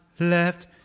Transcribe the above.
left